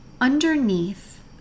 Underneath